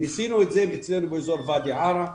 ניסינו את זה אצלנו באזור ואדי ערה,